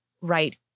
right